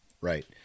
right